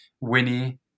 Winnie